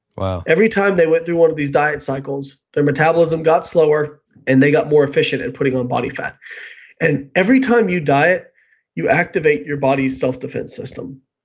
every time they went through one of these diet cycles their metabolism got slower and they got more efficient at putting on body fat and every time you diet you activate your body's self defense system,